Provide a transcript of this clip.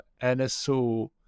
nso